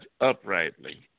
uprightly